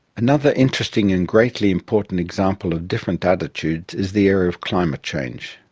another interesting and greatly important example of different attitudes is the area of climate change.